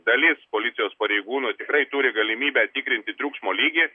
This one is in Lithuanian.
dalis policijos pareigūnų tikrai turi galimybę tikrinti triukšmo lygį